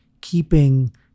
keeping